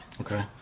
Okay